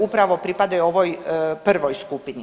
Upravo pripadaju ovoj prvoj skupini.